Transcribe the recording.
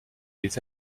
des